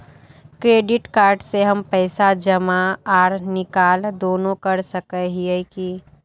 Credit card से हम पैसा जमा आर निकाल दोनों कर सके हिये की?